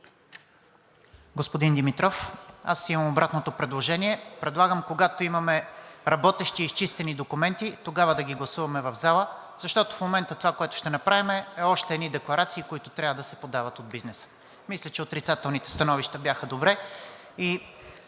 Господин Димитров, аз имам обратното предложение. Предлагам, когато имаме работещи и изчистени документи, тогава да ги гласуваме в залата, защото в момента това, което ще направим, е още едни декларации, които трябва да се подават от бизнеса. Мисля, че отрицателните становища бяха добре.